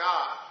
God